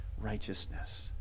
righteousness